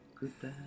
Goodbye